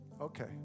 Okay